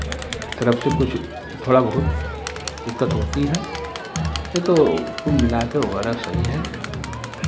तरफ़ से कुछ थोड़ा बहुत दिक्कत होती है नहीं तो कुल मिला के वगैरा सही है